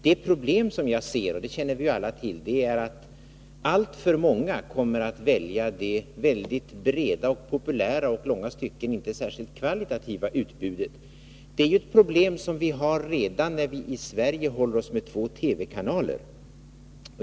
Men problemet är — och det känner vi alla till — att alltför många kommer att välja det väldigt breda, populära och i långa stycken inte särskilt kvalitativa utbudet. Det är ett problem som vi har redan när vi i Sverige håller oss med två TV-kanaler.